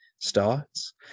starts